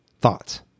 Thoughts